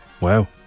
Wow